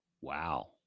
Wow